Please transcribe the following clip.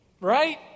right